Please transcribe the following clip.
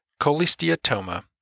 cholesteatoma